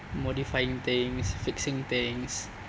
modifying things fixing things